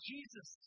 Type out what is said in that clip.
Jesus